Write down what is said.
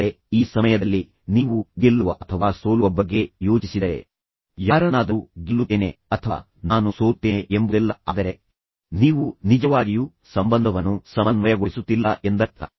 ಆದರೆ ಈ ಸಮಯದಲ್ಲಿ ನೀವು ಗೆಲ್ಲುವ ಅಥವಾ ಸೋಲುವ ಬಗ್ಗೆ ಯೋಚಿಸಿದರೆ ನಾನು ಯಾರನ್ನಾದರೂ ಗೆಲ್ಲುತ್ತೇನೆ ನಾನು ಸೋಲುತ್ತೇನೆ ಅಥವಾ ಸೋಲುತ್ತೇನೆ ಆದ್ದರಿಂದ ನಾನು ಯಾರನ್ನಾದರೂ ಗೆಲ್ಲಲು ಬಿಡುತ್ತೇನೆ ಎಂಬುದೆಲ್ಲ ಆದರೆ ನೀವು ನಿಜವಾಗಿಯೂ ಸಂಬಂಧವನ್ನು ಸಮನ್ವಯಗೊಳಿಸುತ್ತಿಲ್ಲ ಎಂದರ್ಥ